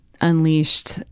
unleashed